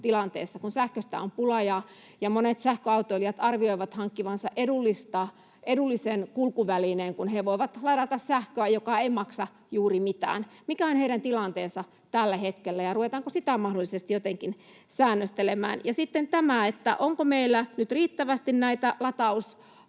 energiatilanteessa, kun sähköstä on pula ja monet sähköautoilijat arvioivat hankkivansa edullisen kulkuvälineen, kun he voivat ladata sähköä, joka ei maksa juuri mitään? Mikä on heidän tilanteensa tällä hetkellä, ja ruvetaanko sitä mahdollisesti jotenkin säännöstelemään? Ja sitten tämä: onko meillä nyt riittävästi näitä latauspaikkoja